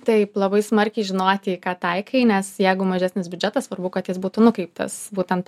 taip labai smarkiai žinoti į ką taikai nes jeigu mažesnis biudžetas svarbu kad jis būtų nukreiptas būtent